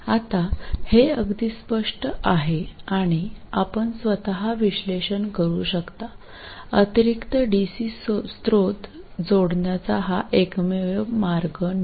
आता हे अगदी स्पष्ट आहे आणि आपण स्वत विश्लेषण करू शकता अतिरिक्त डीसी स्रोत जोडण्याचा हा एकमेव मार्ग नाही